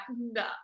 no